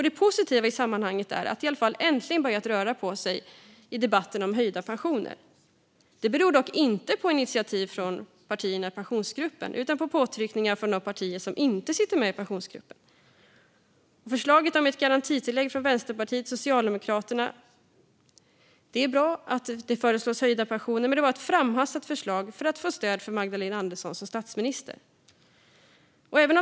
Det positiva i sammanhanget är att det i alla fall äntligen börjat röra på sig i debatten om höjda pensioner. Det beror dock inte på initiativ från partierna i Pensionsgruppen, utan på påtryckningar från de partier som inte sitter med i Pensionsgruppen. Det har kommit ett förslag från Vänsterpartiet och Socialdemokraterna om ett garantitillägg. Det är bra att det föreslås höjda pensioner, men det var ett framhastat förslag för att få stöd för Magdalena Andersson som statsminister.